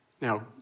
Now